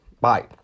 Bye